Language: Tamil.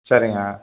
சரிங்க